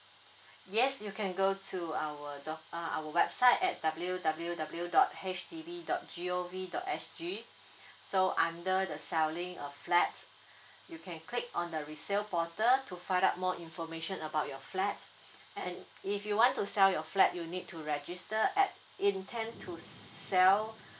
yes you can go to our dot uh our website at W W W dot H D B dot G O V dot S G so under the selling a flat you can click on the resale portal to find out more information about your flat and if you want to sell your flat you need to register at intend to s~ sell